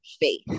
faith